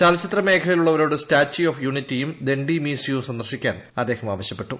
ചലച്ചിത്രമേഖലയിലുള്ളവരോട് statue of യൂണിറ്റിയും ദണ്ഡി മ്യൂസിയവും സന്ദർശിക്കാൻ അദ്ദേഹം ആവശ്യപ്പെട്ടു